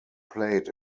played